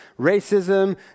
racism